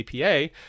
APA